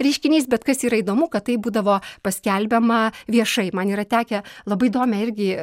reiškinys bet kas yra įdomu kad tai būdavo paskelbiama viešai man yra tekę labai įdomią irgi